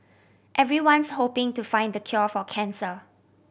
everyone's hoping to find the cure for cancer